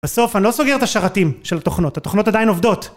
בסוף אני לא סוגר את השרתים, של התוכנות, התוכנות עדיין עובדות